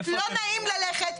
לא נעים ללכת,